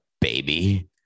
baby